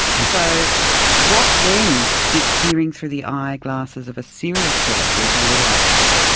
so what then did peering through the eye-glasses of a serial killer do to your eyesight?